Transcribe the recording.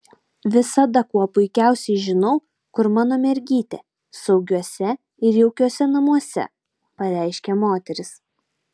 visada kuo puikiausiai žinau kur mano mergytė saugiuose ir jaukiuose namuose pareiškė moteris